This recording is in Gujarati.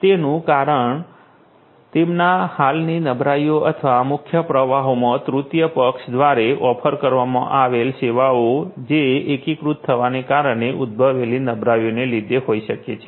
તેનું કારણ તેમનામાં હાલની નબળાઈઓ અથવા મુખ્ય પ્રવાહમાં તૃતીય પક્ષ દ્વારે ઓફર કરવામાં આવેલ સેવાઓ જે એકીકૃત થવાને કારણે ઉદ્ભવેલી નબળાઈઓને લીધે હોઈ શકે છે